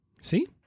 See